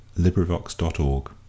LibriVox.org